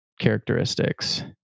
characteristics